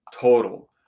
total